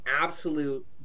absolute